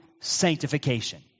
sanctification